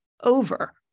over